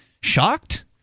shocked